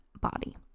body